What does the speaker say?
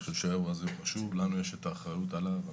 הנושא חשוב ויש לנו את האחריות עליו.